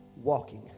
Walking